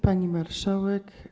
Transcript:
Pani Marszałek!